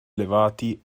elevati